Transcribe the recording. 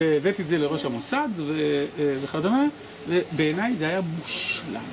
הבאתי את זה לראש המוסד וכדומה, ובעיניי זה היה מושלם.